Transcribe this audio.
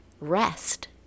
rest